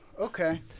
Okay